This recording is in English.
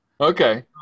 Okay